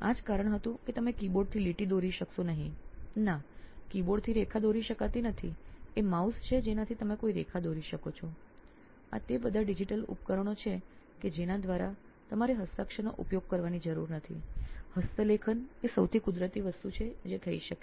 આ જ કારણ હતું કે તમે કીબોર્ડથી લીટી દોરી શકશો નહીં ના કીબોર્ડથી રેખા દોરી શકાતી નથી એ mouse છે જેનાથી તમે કોઈ રેખા દોરી શકો છો આ તે બધા ડિજિટલ ઉપકરણો છે કે જેના દ્વારા તમારે હસ્તાક્ષરનો ઉપયોગ કરવાની જરૂર નથી હસ્તલેખન એ સૌથી કુદરતી વસ્તુ છે જે થઈ શકે છે